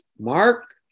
Mark